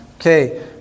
Okay